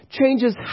changes